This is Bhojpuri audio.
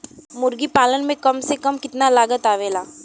मुर्गी पालन में कम से कम कितना लागत आवेला?